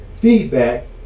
feedback